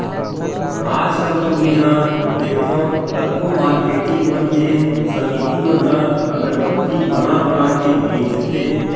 आजकल तो मेंहा देखथँव कतको मारकेटिंग मन के समिति मन ह अगरबत्ती बना बना के बेंचथे